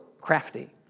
crafty